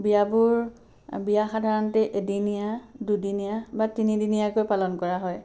বিয়াবোৰ বিয়া সাধাৰণতে এদিনীয়া দুদিনীয়া বা তিনিদিনীয়াকৈ পালন কৰা হয়